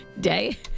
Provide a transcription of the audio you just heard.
Day